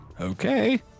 Okay